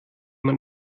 man